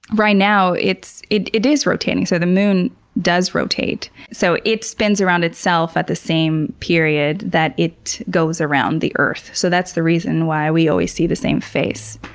right now it it is rotating. so the moon does rotate. so it spins around itself at the same period that it goes around the earth. so that's the reason why we always see the same face.